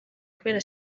kubera